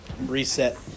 reset